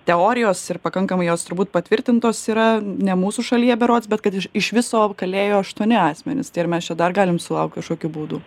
teorijos ir pakankamai jos turbūt patvirtintos yra ne mūsų šalyje berods bet kad iš viso kalėjo aštuoni asmenys tai ar mes čia dar galim sulaukt kažkokių baudų